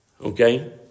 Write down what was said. Okay